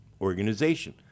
organization